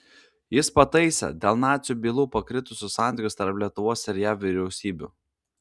jis pataisė dėl nacių bylų pakrikusius santykius tarp lietuvos ir jav vyriausybių